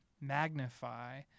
magnify